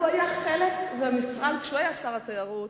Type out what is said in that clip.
כשהוא היה שר התיירות,